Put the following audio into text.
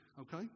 okay